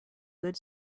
good